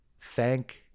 thank